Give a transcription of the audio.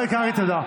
תודה.